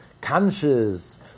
conscious